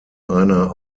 einer